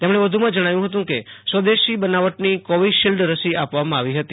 તેમણે વધુમાં જણાવ્યું હતું કે સ્વદેશી બનાવટની કોવિશિલ્ડ રસી ઓપવામાં આવ્રી હતી